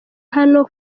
hano